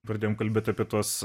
pradėjome kalbėti apie tuos